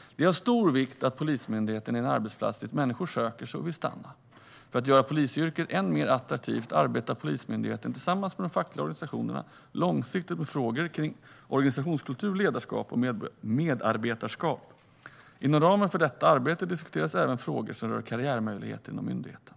Det är av stor vikt att Polismyndigheten är en arbetsplats dit människor söker sig och vill stanna. För att göra polisyrket än mer attraktivt arbetar Polismyndigheten, tillsammans med de fackliga organisationerna, långsiktigt med frågor rörande organisationskultur, ledarskap och medarbetarskap. Inom ramen för detta arbete diskuteras även frågor som rör karriärmöjligheter inom myndigheten.